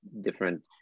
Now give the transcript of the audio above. different